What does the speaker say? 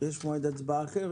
מועד הצבעה אחר?